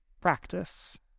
Practice